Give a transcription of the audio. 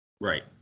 Right